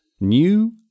new